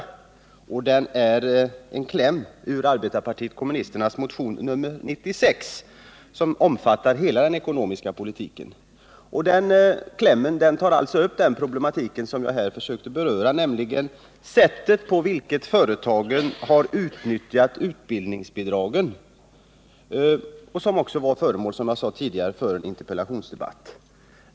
Motionen är en kläm ur arbetarpartiet kommunisternas motion nr 96 som omfattar hela den ekonomiska politiken. I den klämmen tar vi upp den problematik som jag här berörde, nämligen det sätt på vilket företagen har utnyttjat utbildningsbidraget, en fråga som — det nämnde jag tidigare — också har varit föremål för en interpellationsdebatt.